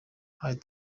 hari